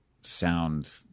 Sound